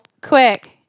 quick